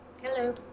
Hello